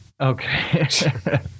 Okay